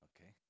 Okay